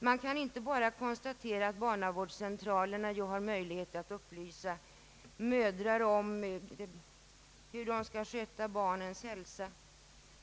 Man kan inte bara konstatera att barnavårdscentralerna har möjlighet att upplysa mödrar om hur barnens hälsa skall skötas.